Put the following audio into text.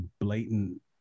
blatant